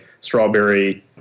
strawberry